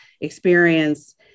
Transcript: experience